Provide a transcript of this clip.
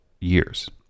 years